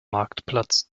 marktplatz